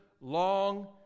long